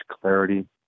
clarity